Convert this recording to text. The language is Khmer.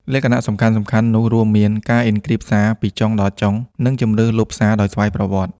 លក្ខណៈសំខាន់ៗនោះរួមមាន ការអ៊ិនគ្រីបសារពីចុងដល់ចុង (end-to-end encryption) និងជម្រើសលុបសារដោយស្វ័យប្រវត្តិ។